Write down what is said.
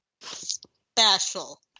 special